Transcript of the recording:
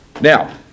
Now